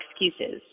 excuses